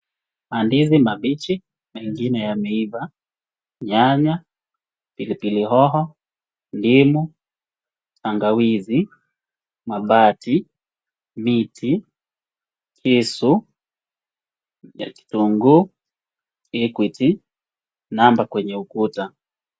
Mandizi mambichi na ingine yameiva. Nyanya, pilipilihoho, ndimu, tangawizii, mabati, miti, kisu ya kitunguu, Equity na namba kwenye ukuta.